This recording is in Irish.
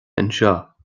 anseo